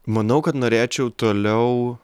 manau kad norėčiau toliau